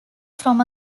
from